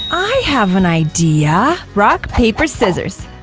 i have an idea! rock, paper, scissors!